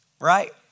right